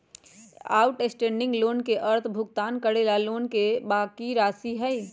outstanding loan के अर्थ भुगतान करे ला लोन के बाकि राशि हई